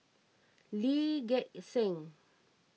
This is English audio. Lee Gek Seng